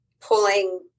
pulling